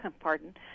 pardon